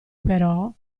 però